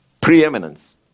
Preeminence